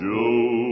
Joe